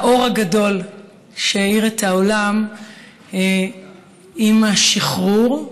האור הגדול שהאיר את העולם עם השחרור,